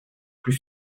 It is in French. plus